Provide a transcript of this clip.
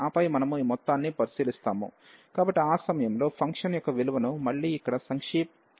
ఆపై మనము ఈ మొత్తాన్ని పరిశీలిస్తాము కాబట్టి ఆ సమయంలో ఫంక్షన్ యొక్క విలువను మళ్ళీ ఇక్కడ సంక్షిప్తీకరిస్తున్నాము